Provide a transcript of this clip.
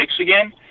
again